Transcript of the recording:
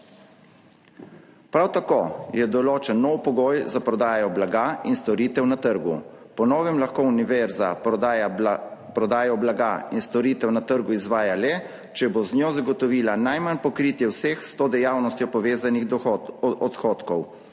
Prav tako je določen nov pogoj za prodajo blaga in storitev na trgu. Po novem lahko univerza prodajo blaga in storitev na trgu izvaja le, če bo z njo zagotovila najmanj pokritje vseh s to dejavnostjo povezanih odhodkov.